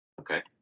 Okay